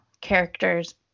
characters